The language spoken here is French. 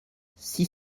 six